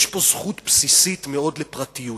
יש פה זכות בסיסית מאוד לפרטיות.